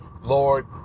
Lord